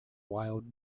wild